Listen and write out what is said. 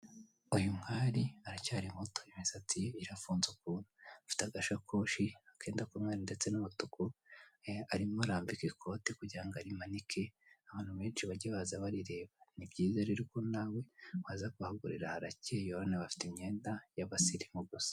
Uyu mwari aracyari muto imisatsi irafunze ukuntu ufite agashakoshi Kenda kuba umweru ndetse n'iumutuku arimo arambika Ikote kugirango arimanike abantu benshi bajye baza barireba ni byiza rero ko nawe waza kuhagurira haracyeye urabona bafite imyenda y'abasirimu gusa.